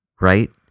right